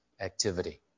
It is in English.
activity